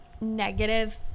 negative